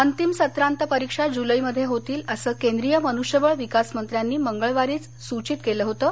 अंतिम सत्रांत परीक्षा जुलैमध्ये होतील असं केंद्रीय मनुष्यबळ विकासमंत्र्यांनी मंगळवारीच सूचित केलं होतं